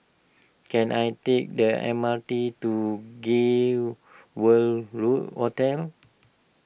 can I take the M R T to Gay World Hotel